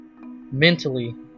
mentally